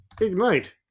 Ignite